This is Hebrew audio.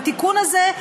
בתיקון הזה,